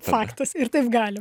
faktas ir taip gali